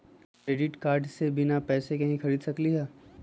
Credit card से बिना पैसे के ही खरीद सकली ह?